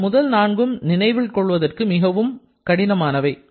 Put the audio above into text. அந்த முதல் நான்கும் நினைவில் கொள்வதற்கு மிகவும் கடினமானவை